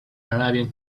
arabian